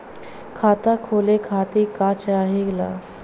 खाता खोले खातीर का चाहे ला?